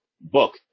book